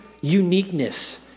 uniqueness